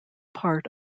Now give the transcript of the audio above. part